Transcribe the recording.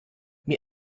mir